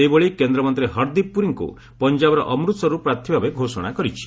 ସେହିଭଳି କେନ୍ଦ୍ରମନ୍ତ୍ରୀ ହର୍ଦୀପ୍ ପୁରୀଙ୍କୁ ପଞ୍ଜାବର ଅମୃତସରରୁ ପ୍ରାର୍ଥୀ ଭାବେ ଘୋଷଣା କରିଛି